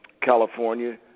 California